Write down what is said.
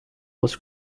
was